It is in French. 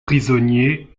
prisonnier